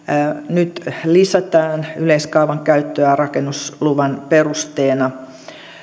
nyt lisätään yleiskaavan käyttöä rakennusluvan perusteena